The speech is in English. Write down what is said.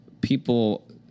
people